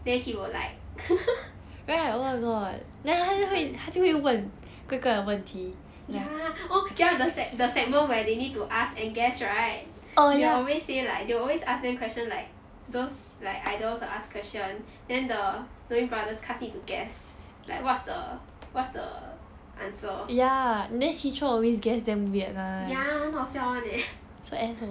then he will like ya oh ya the segment where they need to ask and guess right they will always say like they always ask them question like those like idols will ask question then the knowing brothers cast need to guess like what's the what's the answer ya 很好笑 [one] leh